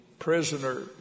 prisoner